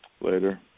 later